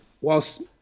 whilst